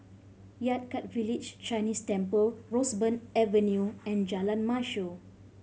Yan Kit Village Chinese Temple Roseburn Avenue and Jalan Mashor